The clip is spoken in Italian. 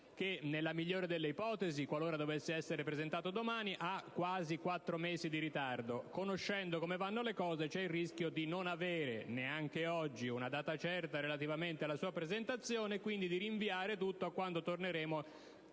che, nella migliore delle ipotesi, qualora dovesse essere presentato domani, avrà quasi quattro mesi di ritardo; sapendo però come vanno le cose, c'è anche il rischio di non avere neppure oggi una data certa relativamente alla sua presentazione e di rinviare quindi tutto